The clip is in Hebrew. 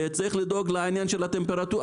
צריך לדאוג לעניין הטמפרטורה,